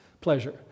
pleasure